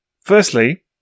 firstly